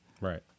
Right